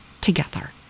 together